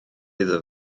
iddo